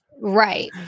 right